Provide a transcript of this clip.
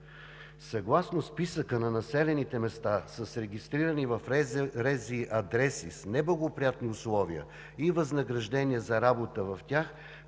Съгласно Списъка с населените места с регистрирани в РЗИ адреси с неблагоприятни условия и възнаграждения за работа в тях